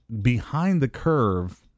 behind-the-curve